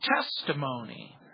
testimony